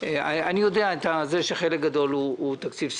אני יודע שחלק גדול הוא תקציב סגור.